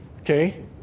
Okay